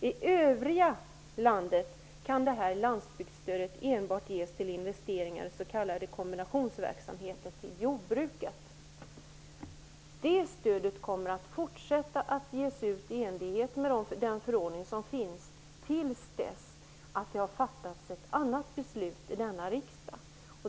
I övriga delar av landet kan det här landsbygdsstödet enbart ges till investeringar i s.k. kombinationsverksamheter till jordbruket. Det stödet kommer fortsatt att ges ut i enlighet med den förordning som finns. Detta gäller till dess att annat beslut fattats i denna riksdag.